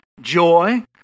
joy